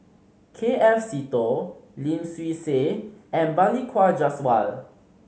K F Seetoh Lim Swee Say and Balli Kaur Jaswal